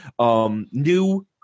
new